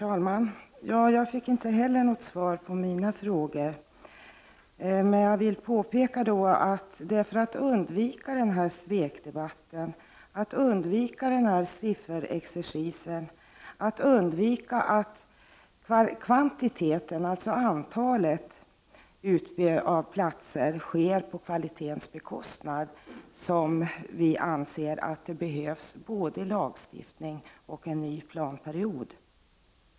Herr talman! Jag fick inte heller något svar på mina frågor. Jag vill påpeka att det är för att undvika denna svekdebatt, undvika sifferexercisen och undvika att kvantiteten, dvs. antalet platser, beaktas på kvalitetens bekostnad som vi i vpk anser att det behövs både lagstiftning och en ny planperiod.